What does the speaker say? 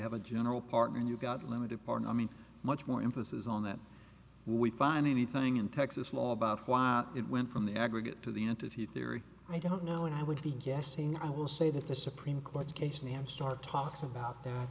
have a general partner and you've got limited part i mean much more emphasis on that we find anything in texas law about why it went from the aggregate to the entity theory i don't know when i would be guessing i will say that the supreme court's case and i have start talks about that